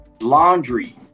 laundry